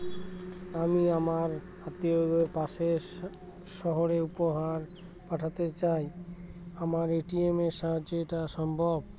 আমি আমার আত্মিয়কে পাশের সহরে উপহার পাঠাতে চাই আমার এ.টি.এম এর সাহায্যে এটাকি সম্ভবপর?